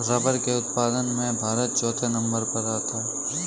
rubber के उत्पादन में भारत चौथे नंबर पर आता है